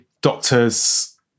doctors